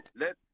let